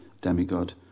demigod